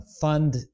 fund